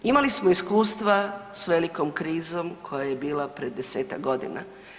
Imali smo iskustva s velikom krizom koja je bila prije desetak godina.